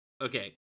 Okay